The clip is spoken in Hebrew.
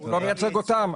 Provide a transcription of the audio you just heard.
הוא לא מייצג אותם.